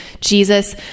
Jesus